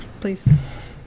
Please